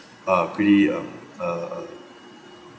uh pretty um uh